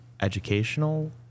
educational